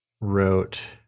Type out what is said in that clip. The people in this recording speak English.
wrote